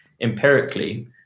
empirically